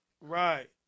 Right